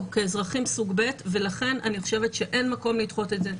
כאזרחים סוג ב' ולכן אני חושבת שאין מקום לדחות את זה.